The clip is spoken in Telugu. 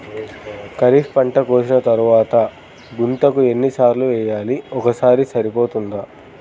ఖరీఫ్ పంట కోసిన తరువాత గుంతక ఎన్ని సార్లు వేయాలి? ఒక్కసారి సరిపోతుందా?